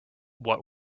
what